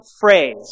phrase